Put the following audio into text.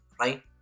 right